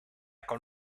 con